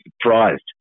surprised